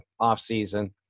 offseason